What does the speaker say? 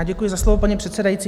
Děkuji za slovo, paní předsedající.